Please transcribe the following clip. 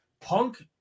Punk